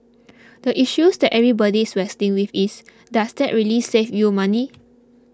the issues that everybody is wrestling with is does that really save you money